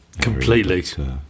Completely